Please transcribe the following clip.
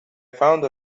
found